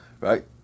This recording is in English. Right